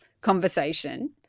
conversation